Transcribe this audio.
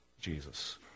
Jesus